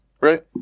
right